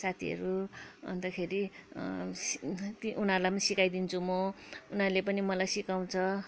साथीहरू अन्तखेरि उनीहरूलाई पनि सिकाइदिन्छु म उनीहरूले पनि मलाई सिकाउँछ